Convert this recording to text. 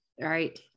right